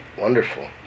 Wonderful